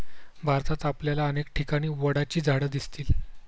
भारतात आपल्याला अनेक ठिकाणी वडाची झाडं दिसतील